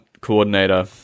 coordinator